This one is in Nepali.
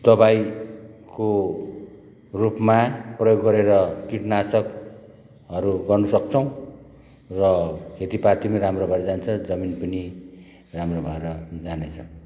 दबाईको रूपमा प्रयोग गरेर कीटनाशकहरू गर्नु सक्छ र खेतीपाती पनि राम्रो भएर जान्छ जमिन पनि राम्रो भएर जाने छ